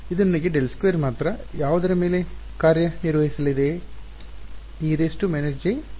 ಇದು ನನಗೆ ∇2 ಮಾತ್ರ ಯಾವುದರ ಮೇಲೆ ಕಾರ್ಯನಿರ್ವಹಿಸಲಿದೆ ವಿದ್ಯಾರ್ಥಿ e−jkr